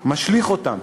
משליך אותן,